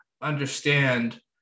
understand